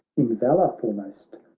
in valour foremost,